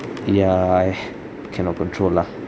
ya I cannot control lah